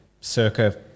circa